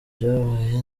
byabaye